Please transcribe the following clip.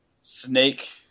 Snake